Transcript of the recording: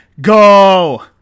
go